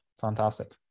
Fantastic